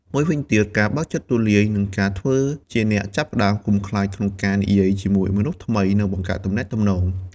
មួយវិញទៀង ការបើកចិត្តទូលាយ និងធ្វើជាអ្នកចាប់ផ្តើម កុំខ្លាចក្នុងការនិយាយជាមួយមនុស្សថ្មី និងបង្កើតទំនាក់ទំនង។